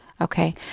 okay